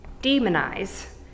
demonize